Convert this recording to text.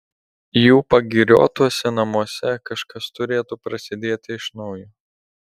jų pagiriotuose namuose kažkas turėtų prasidėti iš naujo